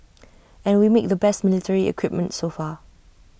and we make the best military equipment so far